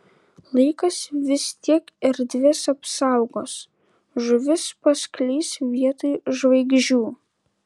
laikas vis tiek erdves apsaugos žuvis paskleis vietoj žvaigždžių